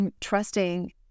trusting